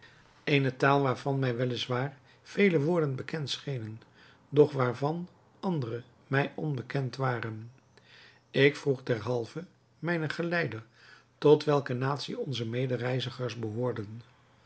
eene taal waarvan mij wel is waar vele woorden bekend schenen doch waarvan andere mij onbekend waren ik vroeg derhalve mijnen geleider tot welke natie onze medereizigers behoorden